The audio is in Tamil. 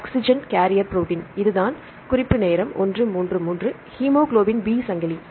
ஆக்ஸிஜன் கேரியர் ப்ரோடீன் இதுதான் ஹீமோகுளோபின் பி சங்கிலி